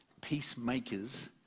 Peacemakers